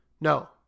No